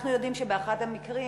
אנחנו יודעים שבאחד המקרים,